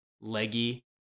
leggy